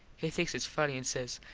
he thinks its funny an says